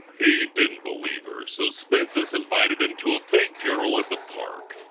he didn't believe her, so spincess invited him to a fake funeral at the park.